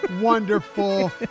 wonderful